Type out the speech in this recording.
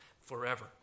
forever